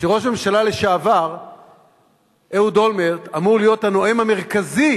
שראש הממשלה לשעבר אהוד אולמרט אמור להיות הנואם המרכזי